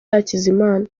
hakizimana